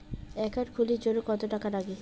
Account খুলির জন্যে কত টাকা নাগে?